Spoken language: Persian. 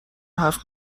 حرف